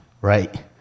right